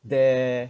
there